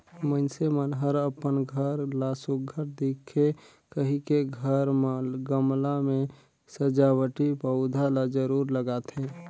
मइनसे मन हर अपन घर ला सुग्घर दिखे कहिके घर म गमला में सजावटी पउधा ल जरूर लगाथे